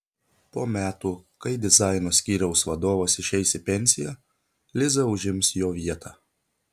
po metų kai dizaino skyriaus vadovas išeis į pensiją liza užims jo vietą